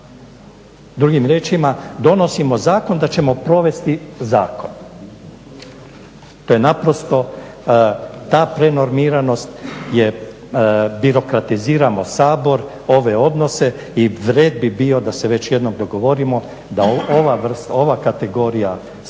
Drugim riječima, donosimo zakon da ćemo provesti zakon. Ta prenormiranost je birokratiziramo Sabor, ove odnose i red bi bio da se već jednom dogovorimo da ova kategorija sporazuma